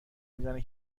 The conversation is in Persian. میزنه